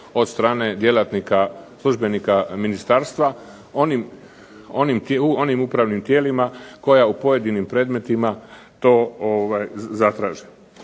od strane djelatnika, službenika ministarstva, onim upravnim tijelima koja u pojedinim predmetima to zatraže.